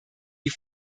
wir